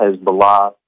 Hezbollah